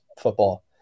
football